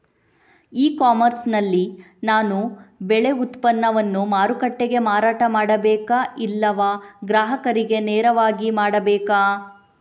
E commerce ನಲ್ಲಿ ನಾನು ಬೆಳೆ ಉತ್ಪನ್ನವನ್ನು ಮಾರುಕಟ್ಟೆಗೆ ಮಾರಾಟ ಮಾಡಬೇಕಾ ಇಲ್ಲವಾ ಗ್ರಾಹಕರಿಗೆ ನೇರವಾಗಿ ಮಾರಬೇಕಾ?